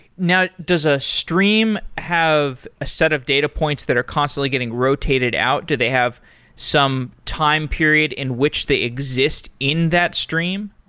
now, does a stream have a set of data points that are constantly getting rotated out? do they have some time period in which they exist in that stream?